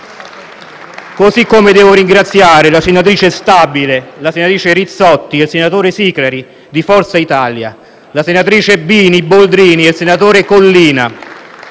modo, devo ringraziare le senatrici Stabile e Rizzotti e il senatore Siclari di Forza Italia, le senatrici Bini e Boldrini e il senatore Collina